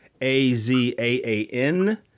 a-z-a-a-n